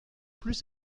plus